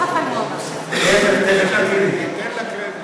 תן לה קרדיט.